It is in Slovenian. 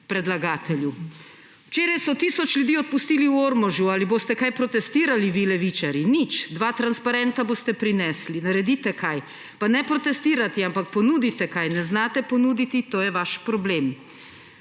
predlagatelju. »Včeraj so tisoč ljudi odpustili v Ormožu. Ali boste kaj protestirali vi, levičarji?! Nič! Dva transparenta boste prinesli. Naredite kaj! Pa ne protestirati, ampak ponudite kaj. Ne znate ponuditi, to je vaš problem.